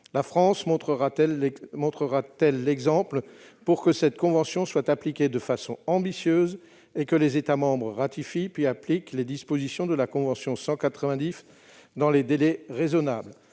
La France montrera-t-elle l'exemple pour que cette convention soit mise en oeuvre de façon ambitieuse et que les États membres ratifient, puis appliquent, les dispositions de la convention n° 190 dans des délais raisonnables ?